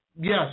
yes